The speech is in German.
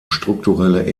strukturelle